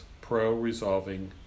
Pro-Resolving